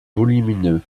volumineux